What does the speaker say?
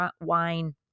wine